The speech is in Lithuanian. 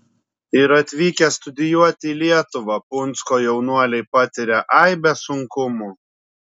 ir atvykę studijuoti į lietuvą punsko jaunuoliai patiria aibes sunkumų